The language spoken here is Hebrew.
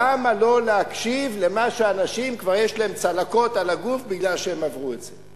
למה לא להקשיב לאנשים שכבר יש להם צלקות על הגוף בגלל שהם עברו את זה?